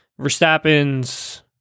Verstappen's